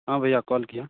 हाँ भैया कॉल किया